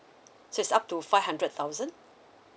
so it's up to five hundred thousand